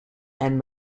and